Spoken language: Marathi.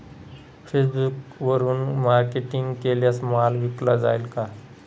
फेसबुकवरुन मार्केटिंग केल्यास माल विकला जाईल का?